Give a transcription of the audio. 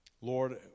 Lord